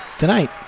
Tonight